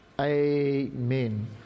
Amen